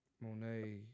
Monet